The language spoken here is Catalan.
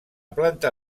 planta